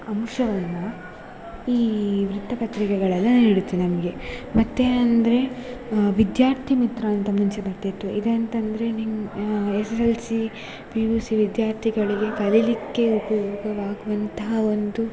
ಅಂಶವನ್ನು ಈ ವೃತ್ತಪತ್ರಿಕೆಗಳೆಲ್ಲ ನೀಡುತ್ತೆ ನಮಗೆ ಮತ್ತೇನಂದರೆ ವಿದ್ಯಾರ್ಥಿ ಮಿತ್ರ ಅಂತ ಮುಂಚೆ ಬರ್ತಿತ್ತು ಇದಂತಂದರೆ ನಿಮ್ಮ S S L C P U C ವಿದ್ಯಾರ್ಥಿಗಳಿಗೆ ಕಲೀಲಿಕ್ಕೆ ಉಪಯೋಗವಾಗುವಂತಹ ಒಂದು